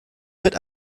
mit